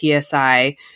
PSI